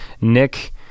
Nick